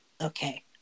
Okay